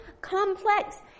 complex